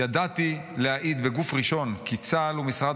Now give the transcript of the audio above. ידעתי להעיד בגוף ראשון כי צה"ל ומשרד